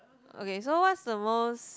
okay so what's the most